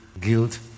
guilt